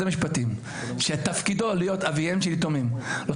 המשפטים שתפקידו להיות אביהם של יתומים,